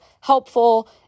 helpful